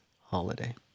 holiday